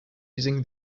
using